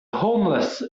homeless